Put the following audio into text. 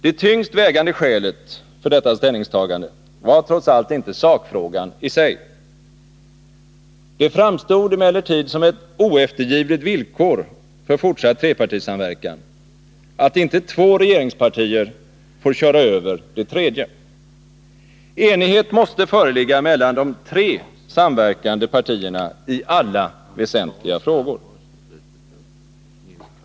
Det tyngst vägande skälet för detta ställningstagande var trots allt inte sakfrågan i sig. Det framstod emellertid som ett oeftergivligt villkor för fortsatt trepartisamverkan att inte två regeringspartier får köra över det tredje. Enighet måste föreligga mellan de tre samverkande partierna ialla väsentliga frågor.